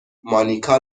مانیکا